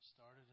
started